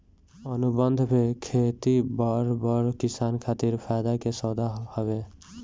अनुबंध पे खेती बड़ बड़ किसान खातिर फायदा के सौदा हवे